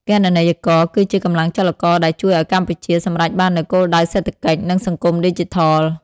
គណនេយ្យករគឺជាកម្លាំងចលករដែលជួយឱ្យកម្ពុជាសម្រេចបាននូវគោលដៅសេដ្ឋកិច្ច និងសង្គមឌីជីថល។